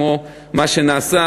כמו מה שנעשה,